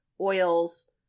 oils